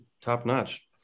Top-notch